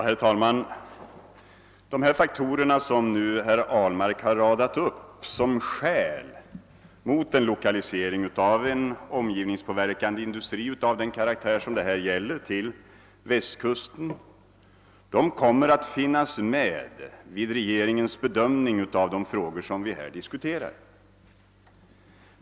Herr talman! De faktorer som herr Ahlmark radade upp som skäl mot en lokalisering till Västkusten av en omgivningspåverkande industri av det slag som det här gäller kommer att finnas med vid regeringens bedömning av de frågor vi här diskuterar.